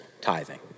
tithing